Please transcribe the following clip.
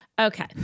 Okay